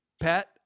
Pat